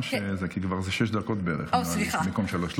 כי זה כבר שש דקות בערך, נראה לי, במקום שלוש.